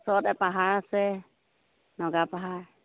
ওচৰতে পাহাৰ আছে নগা পাহাৰ